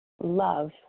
love